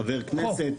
חבר כנסת.